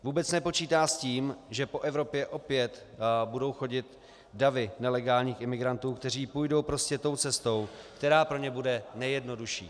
Vůbec nepočítá s tím, že po Evropě opět budou chodit davy nelegálních imigrantů, kteří půjdou prostě tou cestou, která pro ně bude nejjednodušší.